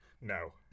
No